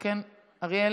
אריאל,